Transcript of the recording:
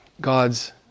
God's